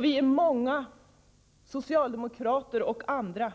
Vi är många — socialdemokrater och andra